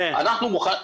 אנחנו מוכנים,